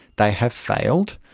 they have failed.